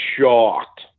shocked